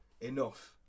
enough